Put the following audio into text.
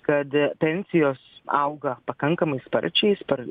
kad pensijos auga pakankamai sparčiai spar